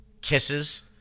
kisses